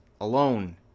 alone